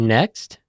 Next